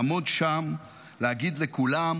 לעמוד שם ולהגיד לכולם: